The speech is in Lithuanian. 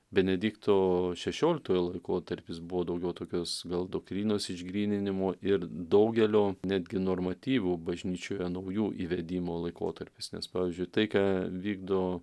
benedikto šešioliktojo laikotarpis buvo daugiau tokios gal doktrinos išgryninimo ir daugelio netgi normatyvų bažnyčioje naujų įvedimo laikotarpis nes pavyzdžiui tai ką vykdo